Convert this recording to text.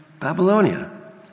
Babylonia